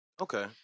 Okay